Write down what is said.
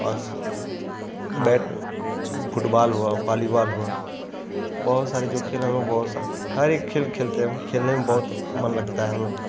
और bat football हुआ volleyball हुआ बहुत सारे जो खेल हैं हम लोग बहुत सा हर एक खेल खेलते हैं हम खेलने में बहुत मन लगता है हम लोग का